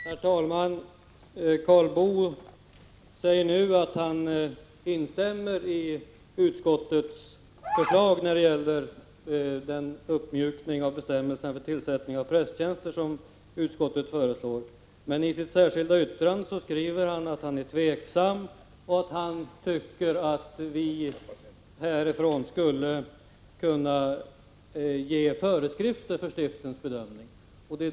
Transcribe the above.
Herr talman! Karl Boo säger nu att han instämmer i utskottets förslag när det gäller den uppmjukning av bestämmelserna för inrättande av prästtjänster som utskottet föreslår. Men i sitt särskilda yttrande skriver Karl Boo att han är tveksam och att han tycker att vi härifrån borde kunna ge föreskrifter för stiftens bedömning.